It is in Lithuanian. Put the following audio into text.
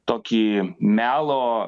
tokį melo